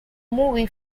movie